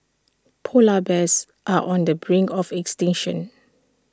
Polar Bears are on the brink of extinction